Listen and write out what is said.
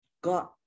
God